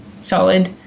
solid